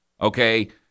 okay